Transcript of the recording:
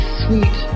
sweet